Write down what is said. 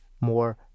more